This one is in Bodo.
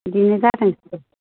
बिदिनो जाथोंसै